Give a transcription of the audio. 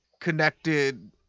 connected